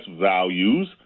values